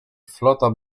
flota